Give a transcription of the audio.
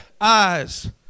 eyes